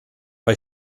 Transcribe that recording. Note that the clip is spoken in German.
bei